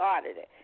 audited